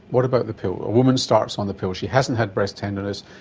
what about the pill, a woman starts on the pill, she hasn't had breast tenderness,